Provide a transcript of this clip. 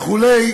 וכו'.